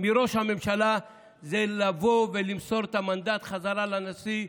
מראש הממשלה זה לבוא ולמסור את המנדט בחזרה לנשיא,